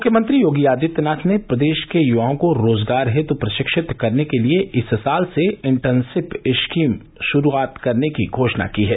मुख्यमंत्री योगी आदित्यनाथ ने प्रदेश के युवाओं को रोजगार हेतु प्रशिक्षित करने के लिए इस साल से इंटर्नशिप स्कीम की शुरूआत करने की घोषणा की है